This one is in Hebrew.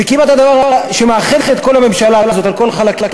זה כמעט הדבר שמאחד את כל הממשלה הזאת על כל חלקיה,